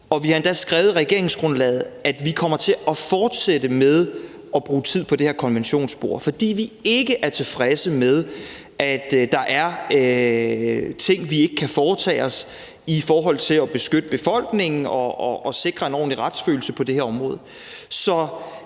vi har endda skrevet i regeringsgrundlaget, at vi kommer til at fortsætte med at bruge tid på det her konventionsspor, fordi vi ikke er tilfredse med, at der er ting, vi ikke kan foretage os i forhold til at beskytte befolkningen og sikre en ordentlig retsfølelse på det her område.